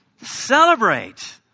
Celebrate